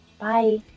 Bye